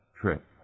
trip